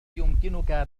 يمكنك